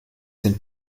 sind